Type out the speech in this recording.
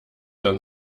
dann